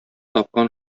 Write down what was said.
тапкан